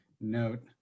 note